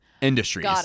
industries